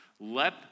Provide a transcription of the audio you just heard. Let